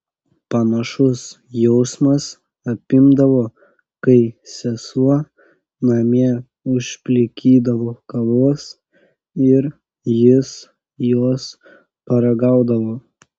panašus jausmas apimdavo kai sesuo namie užplikydavo kavos ir jis jos paragaudavo